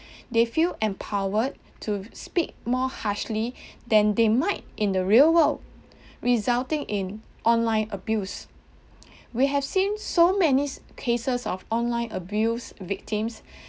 they feel empowered to speak more harshly than they might in the real world resulting in online abuse we have seen so many s~ cases of online abuse victims